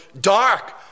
dark